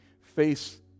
face